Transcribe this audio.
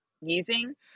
using